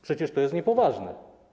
Przecież to jest niepoważne.